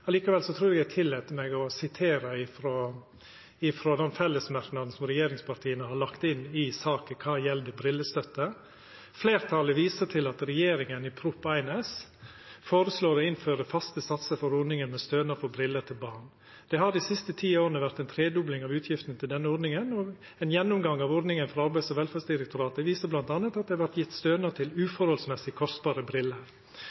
Likevel trur eg at eg tillèt meg å sitera frå den fellesmerknaden som regjeringspartia har lagt inn i saka som gjeld brillestøtte: «Flertallet viser til at regjeringen i Prop. 1 S foreslår å innføre faste satser for ordningen med stønad for briller til barn. Det har de siste ti årene vært en tredobling av utgiftene til denne ordningen, og en gjennomgang av ordningen fra Arbeids- og velferdsdirektoratet viste blant annet at det har vært gitt stønad til uforholdsmessig kostbare briller.